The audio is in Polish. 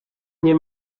nie